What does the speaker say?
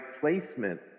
placement